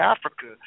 Africa